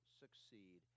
succeed